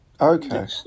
Okay